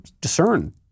discern